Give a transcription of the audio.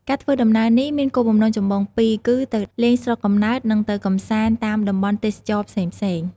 ការធ្វើដំណើរនេះមានគោលបំណងចម្បងពីរ គឺទៅលេងស្រុកកំណើត និងទៅកម្សាន្តតាមតំបន់ទេសចរណ៍ផ្សេងៗ។